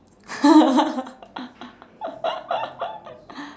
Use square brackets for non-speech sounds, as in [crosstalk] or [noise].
[laughs]